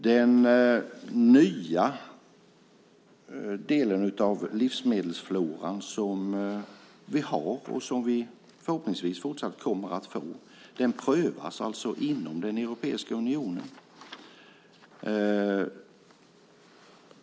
Den nya del av livsmedelsfloran som vi har och som vi förhoppningsvis fortsatt kommer att få prövas alltså inom Europeiska unionen.